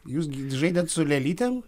jūs žaidėt su lėlytėm